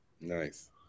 nice